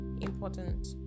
important